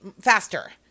faster